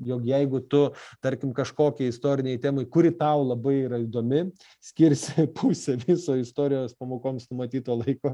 jog jeigu tu tarkim kažkokiai istorinei temai kuri tau labai yra įdomi skirsi pusę viso istorijos pamokoms numatyto laiko